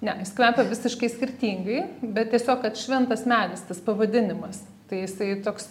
ne jis kvepia visiškai skirtingai bet tiesiog kad šventas medis tas pavadinimas tai jisai toks